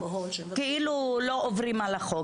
כאילו לא עוברים על החוק.